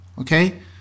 okay